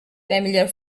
familiar